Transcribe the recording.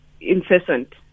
incessant